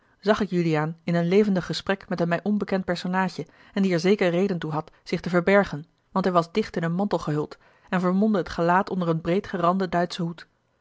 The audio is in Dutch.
zag ik juliaan in een levendig gesprek met een mij onbekend personaadje en die er zeker reden toe had zich te verbergen want hij was dicht in een mantel gehuld en vermomde het gelaat onder een breed geranden duitschen hoed